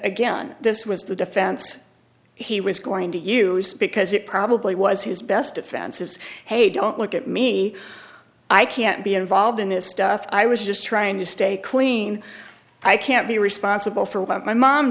again this was the defense he was going to use because it probably was his best offensives hey don't look at me i can't be involved in this stuff i was just trying to stay clean i can't be responsible for what my mom